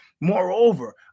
Moreover